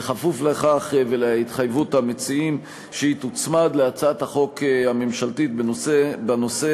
בכפוף להתחייבות המציעים שהיא תוצמד להצעת החוק הממשלתית בנושא,